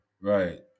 Right